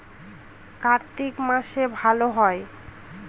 কার্তিক মাসে ভালো হয়?